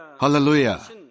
Hallelujah